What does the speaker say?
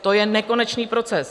To je nekonečný proces.